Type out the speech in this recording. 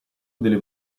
delle